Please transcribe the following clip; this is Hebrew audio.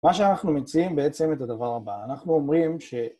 מה שאנחנו מציעים בעצם את הדבר הבא, אנחנו אומרים ש...